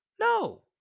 No